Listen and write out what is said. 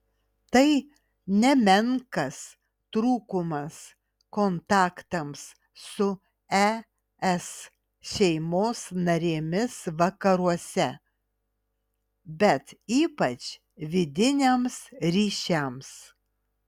tai nemenkas trūkumas kontaktams su es šeimos narėmis vakaruose bet ypač vidiniams ryšiams